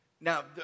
now